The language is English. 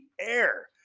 air